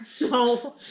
No